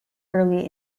early